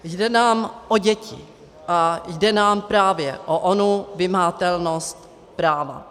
Jde nám o děti a jde nám právě o onu vymahatelnost práva.